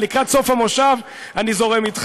לקראת סוף המושב אני זורם אתך.